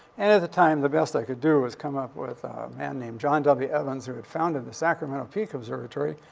and at the time, the best i could do was come up with a man named john w. evans, who had founded the sacramento peak observatory,